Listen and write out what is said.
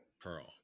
Pearl